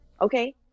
Okay